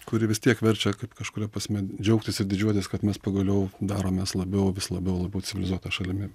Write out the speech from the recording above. kuri vis tiek verčia kaip kažkuria prasme džiaugtis ir didžiuotis kad mes pagaliau daromės labiau vis labiau labiau civilizuota šalimi